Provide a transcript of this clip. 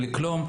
בלי כלום,